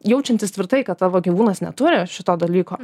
jaučiantis tvirtai kad tavo gyvūnas neturi šito dalyko